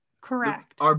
Correct